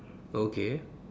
okay